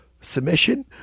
submission